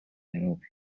خراب